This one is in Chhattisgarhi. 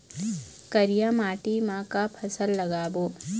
करिया माटी म का फसल लगाबो?